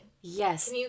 Yes